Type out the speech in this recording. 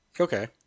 Okay